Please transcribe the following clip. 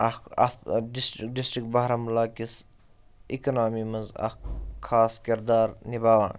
اَتھ ڈِسٹِرک بارہمُلہ کِس اِکنامی منٛز اَکھ خاص کِردار نِباون